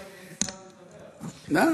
למה,